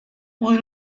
why